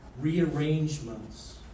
Rearrangements